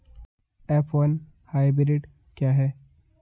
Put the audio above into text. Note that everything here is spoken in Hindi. एफ वन हाइब्रिड क्या है?